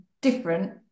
different